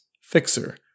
Fixer